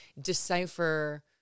decipher